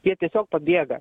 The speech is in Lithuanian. jie tiesiog pabėga